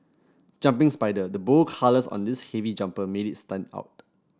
jumping spider the bold colours on this heavy jumper made it stand out